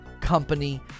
company